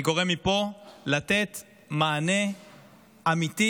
לתת מענה אמיתי